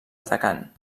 atacant